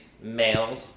males